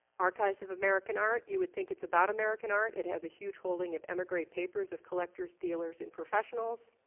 archives of american art, you would think it's about american art. it has a huge holding of emigres papers of collectors, dealers and professionals,